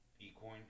e-coin